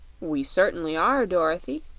we certainly are, dorothy,